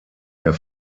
der